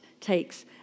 takes